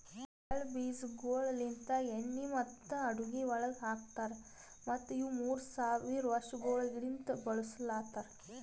ಎಳ್ಳ ಬೀಜಗೊಳ್ ಲಿಂತ್ ಎಣ್ಣಿ ಮತ್ತ ಅಡುಗಿ ಒಳಗ್ ಹಾಕತಾರ್ ಮತ್ತ ಇವು ಮೂರ್ ಸಾವಿರ ವರ್ಷಗೊಳಲಿಂತ್ ಬೆಳುಸಲತಾರ್